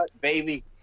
baby